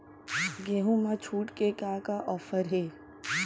गेहूँ मा छूट के का का ऑफ़र हे?